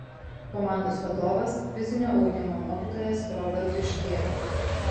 komandos vadovas fizinio ugdymo mokytojas robertui škėma